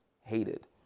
hated